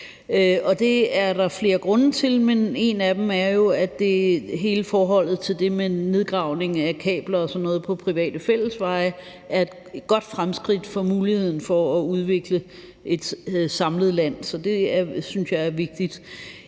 det er der flere grunde til, men en af dem er jo, at hele forholdet omkring det med nedgravning af kabler og sådan noget på private fællesveje er et godt fremskridt for muligheden for at udvikle et samlet land. Så det synes jeg er vigtigt.